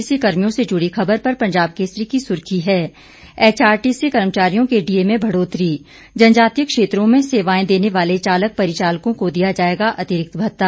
HRTC कर्मियों से जुड़ी खबर पर पंजाब केसरी की सुर्खी है एचआरटीसी कर्मचारियों के डीए में बढ़ोत्तरी जनजातीय क्षेत्रों में सेवाएं देने वाले चालक परिचालकों को दिया जाएगा अतिरिक्त भत्ता